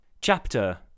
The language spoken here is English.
chapter